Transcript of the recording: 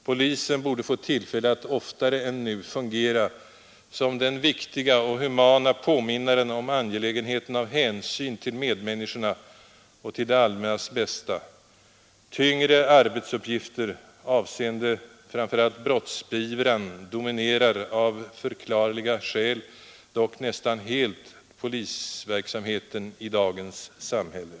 Polisen borde få tillfälle att oftare än nu fungera som den viktiga och humana påminnaren om angelägenheten av hänsyn till medmänniskor och det allmännas bästa. Tyngre arbetsuppgifter avseende framför allt brottsbeivrande insatser dominerar av förklarliga skäl dock nästan helt polisverksamheten i dagens samhälle.